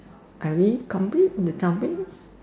are we complete the topic